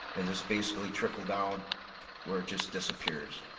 and just basically trickle down where it just disappears.